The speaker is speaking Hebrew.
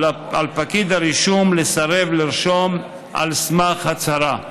על פקיד הרישום לסרב לרשום על סמך הצהרה.